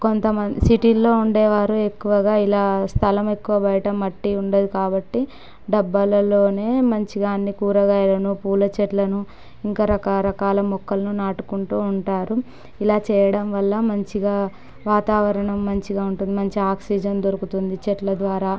కొంతమం సిటీలో ఉండేవారు ఎక్కువగా ఇలా స్థలం ఎక్కువ బయట మట్టి ఉండదు కాబట్టి డబ్బాలలోనే మంచిగా అన్ని కూరగాయలను పూల చెట్లను ఇంకా రకరకాల మొక్కలను నాటుకుంటూ ఉంటారు ఇలా చేయడం వల్ల మంచిగా వాతావరణం మంచిగా ఉంటుంది మంచి ఆక్సిజన్ దొరుకుతుంది చెట్ల ద్వారా